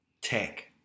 tech